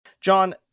John